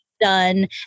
done